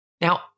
Now